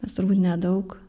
mes turbūt nedaug